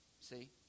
See